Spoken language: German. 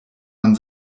man